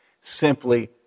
simply